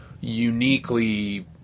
uniquely